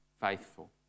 faithful